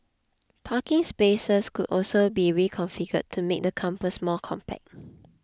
parking spaces could also be reconfigured to make the campus more compact